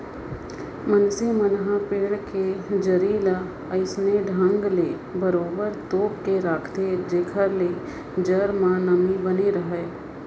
मनसे मन ह पेड़ के जरी ल अइसने ढंग ले बरोबर तोप के राखथे जेखर ले जर म नमी बने राहय